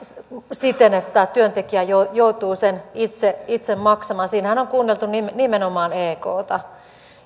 siten että työntekijä joutuu sen itse itse maksamaan siinähän on kuunneltu nimenomaan ekta